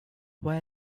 why